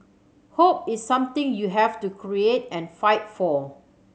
hope is something you have to create and fight for